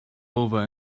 over